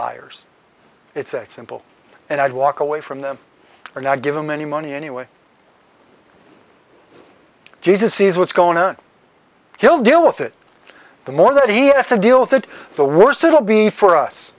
liars it's a simple and i'd walk away from them or not give them any money anyway jesus sees what's going on he'll deal with it the more that he has to deal with it the worse it will be for us